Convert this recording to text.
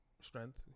strength